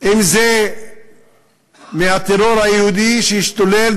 אם זה מהטרור היהודי שהשתולל,